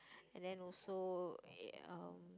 and then so ya